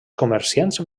comerciants